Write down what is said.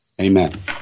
Amen